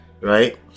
Right